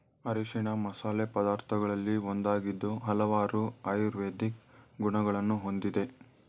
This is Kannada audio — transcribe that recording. ಅರಿಶಿಣ ಮಸಾಲೆ ಪದಾರ್ಥಗಳಲ್ಲಿ ಒಂದಾಗಿದ್ದು ಹಲವಾರು ಆಯುರ್ವೇದಿಕ್ ಗುಣಗಳನ್ನು ಹೊಂದಿದೆ